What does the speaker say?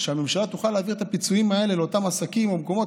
שהממשלה תוכל להעביר את הפיצויים האלה לאותם עסקים או מקומות,